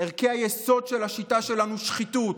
ערכי היסוד של השיטה שלנו שחיתות,